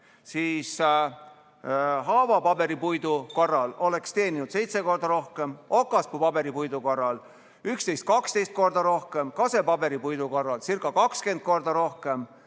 haavapaberipuidu korral oleks teeninud seitse korda rohkem, okaspuu-paberipuidu korral 11–12 korda rohkem, kasepaberipuidu korralcirca20 korda rohkem,